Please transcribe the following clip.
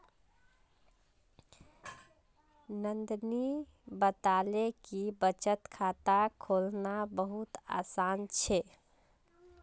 नंदनी बताले कि बचत खाता खोलना बहुत आसान छे